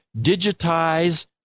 digitize